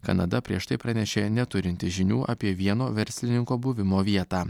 kanada prieš tai pranešė neturinti žinių apie vieno verslininko buvimo vietą